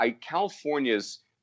California's